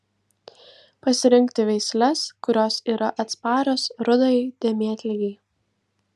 pasirinkti veisles kurios yra atsparios rudajai dėmėtligei